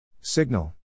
Signal